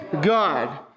God